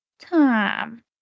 time